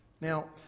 Now